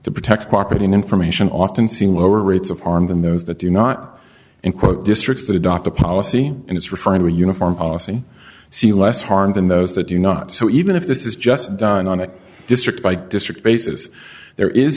to protect property and information often seen lower rates of harm than those that do not and quote districts that adopt a policy and is referring to a uniform policy see less harm than those that do not so even if this is just done on a district by district basis there is